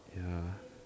ya